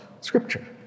scripture